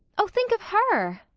oh, think of her!